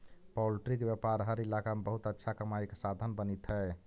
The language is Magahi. पॉल्ट्री के व्यापार हर इलाका में बहुत अच्छा कमाई के साधन बनित हइ